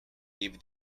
gave